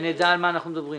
שנדע על מה אנחנו מדברים.